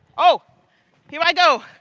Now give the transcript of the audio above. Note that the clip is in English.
oh, here i go.